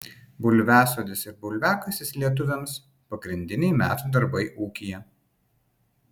bulviasodis ir bulviakasis lietuviams pagrindiniai metų darbai ūkyje